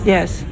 Yes